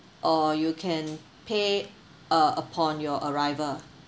or you can pay uh upon your arrival